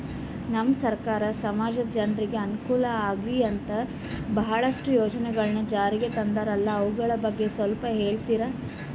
ನಮ್ಮ ಸರ್ಕಾರ ಸಮಾಜದ ಜನರಿಗೆ ಅನುಕೂಲ ಆಗ್ಲಿ ಅಂತ ಬಹಳಷ್ಟು ಯೋಜನೆಗಳನ್ನು ಜಾರಿಗೆ ತಂದರಂತಲ್ಲ ಅವುಗಳ ಬಗ್ಗೆ ಸ್ವಲ್ಪ ಹೇಳಿತೀರಾ?